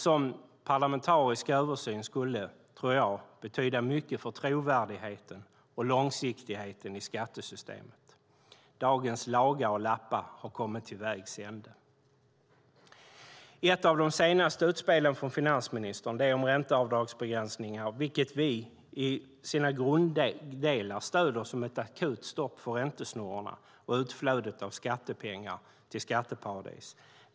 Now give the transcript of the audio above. En sådan parlamentarisk översyn tror jag skulle betyda mycket för trovärdigheten och långsiktigheten i skattesystemet. Dagens laga och lappa har kommit till vägs ände. Ett av de senaste utspelen från finansministern handlar om ränteavdragsbegränsningar, ett förslag vars grunddelar vi stöder som ett akut stopp för räntesnurrorna och utflödet av skattepengar till skatteparadis.